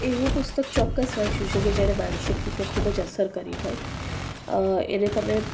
એવું પુસ્તક ચોક્કસ હોય શકે કે જેને માસનિક રીતે ખૂબ જ અસર કરી હોય એને તમે